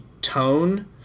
tone